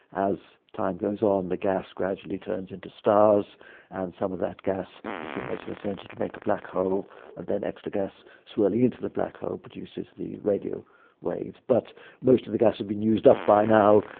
as time goes on, the gas gradually turns into stars and some of that gas accumulates in the centre to make a black hole, and then extra gas swirling into the black hole produces the radio waves. but most of the gas has been used up by now,